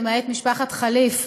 למעט משפחת חליף,